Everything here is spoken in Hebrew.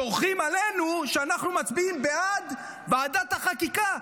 צורחים עלינו שאנחנו מצביעים בעד ועדת החקיקה,